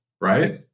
right